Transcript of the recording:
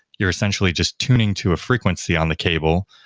you're essentially just tuning to a frequency on the cable.